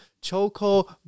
Choco